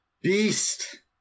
Beast